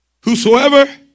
whosoever